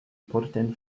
porten